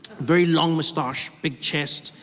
very long mustache, big chest.